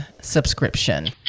subscription